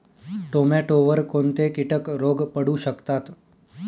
टोमॅटोवर कोणते किटक रोग पडू शकतात?